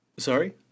Sorry